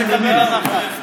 ולקבל הנחה.